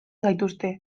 gaituzte